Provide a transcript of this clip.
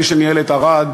מי שניהל את ערד,